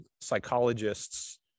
psychologists